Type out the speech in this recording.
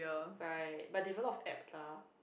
right but they have a lot of eps lah